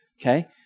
Okay